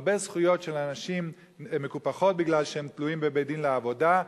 הרבה זכויות של אנשים מקופחות מפני שהם תלויים בבית-דין לעבודה,